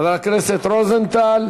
הרווחה והבריאות נתקבלה.